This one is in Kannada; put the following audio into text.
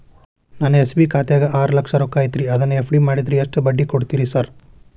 ನನ್ನ ಎಸ್.ಬಿ ಖಾತ್ಯಾಗ ಆರು ಲಕ್ಷ ರೊಕ್ಕ ಐತ್ರಿ ಅದನ್ನ ಎಫ್.ಡಿ ಮಾಡಿದ್ರ ಎಷ್ಟ ಬಡ್ಡಿ ಕೊಡ್ತೇರಿ ಸರ್?